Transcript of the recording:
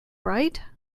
right